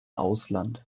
ausland